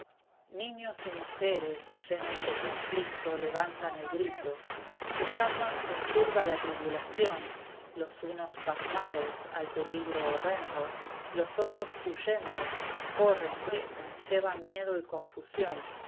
niños y mujeres llenos de confuto levantan el grito sus almas conturba la tribulación los unos pasmados al peligro horrendo los otros huyendo corren gritan llevan miedo y confusión